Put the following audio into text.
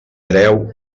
breu